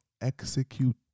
execute